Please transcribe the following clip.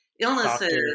illnesses